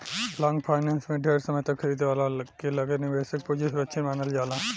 long finance में ढेर समय तक खरीदे वाला के लगे निवेशक के पूंजी सुरक्षित मानल जाला